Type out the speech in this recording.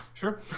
Sure